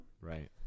Right